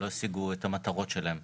לא השיגו את המטרות שלהם.